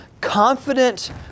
confident